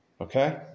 Okay